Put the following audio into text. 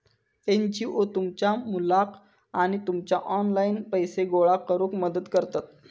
NGO तुमच्या मुलाक आणि तुमका ऑनलाइन पैसे गोळा करूक मदत करतत